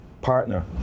partner